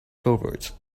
covered